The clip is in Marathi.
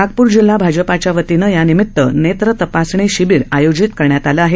नागपूर जिल्हा भाजपाच्या वतीनं यानिमित्त नेत्र तपासणी शिबीर आयोजित करण्यात आलं आहे